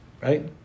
right